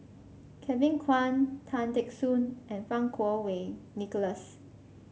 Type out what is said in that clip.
Kevin Kwan Tan Teck Soon and Fang Kuo Wei Nicholas